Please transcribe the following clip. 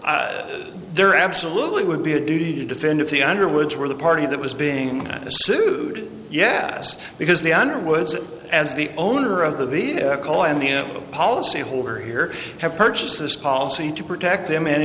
are absolutely would be a duty to defend if the underwoods were the party that was being sued yes because the underwoods as the owner of the vehicle and the policy holder here have purchased this policy to protect them